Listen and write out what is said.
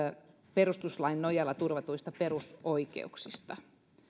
perustuslain nojalla turvatuista perusoikeuksista